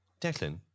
Declan